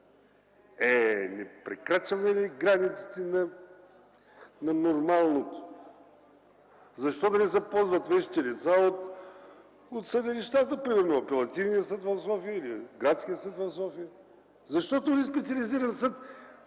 Е, не прекрачваме ли границите на нормалното?! Защо да не се ползват вещи лица от съдилищата – примерно от апелативните съдилища, от Градския съд в София? Защо този специализиран съд